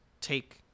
take